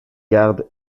gardes